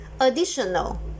Additional